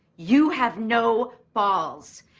you have no balls.